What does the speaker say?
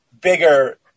bigger –